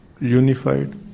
Unified